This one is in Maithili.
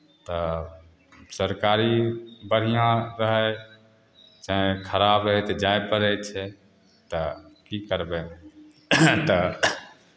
तऽ सरकारी बढ़िआँ रहय चाहे खराब रहय तऽ जाय पड़ै छै तऽ की करबै तऽ